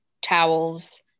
towels